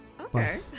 okay